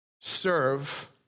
serve